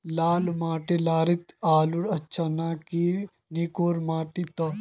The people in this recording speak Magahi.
लाल माटी लात्तिर आलूर अच्छा ना की निकलो माटी त?